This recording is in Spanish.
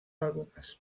álbumes